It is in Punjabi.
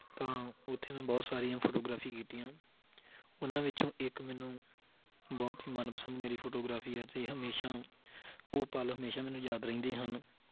ਤਾਂ ਉੱਥੇ ਮੈਂ ਬਹੁਤ ਸਾਰੀਆਂ ਫੋਟੋਗ੍ਰਾਫੀ ਕੀਤੀਆਂ ਉਹਨਾਂ ਵਿੱਚੋਂ ਇੱਕ ਮੈਨੂੰ ਬਹੁਤ ਹੀ ਮਨ ਪਸੰਦ ਮੇਰੀ ਫੋਟੋਗ੍ਰਾਫੀ ਹੈ ਅਤੇ ਹਮੇਸ਼ਾਂ ਉਹ ਪਲ ਹਮੇਸ਼ਾਂ ਮੈਨੂੰ ਯਾਦ ਰਹਿੰਦੇ ਹਨ